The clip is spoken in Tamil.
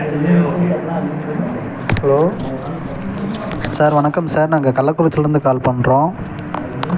ஹலோ சார் வணக்கம் சார் நாங்க கள்ளக்குறிச்சிலேருந்து கால் பண்ணுறோம்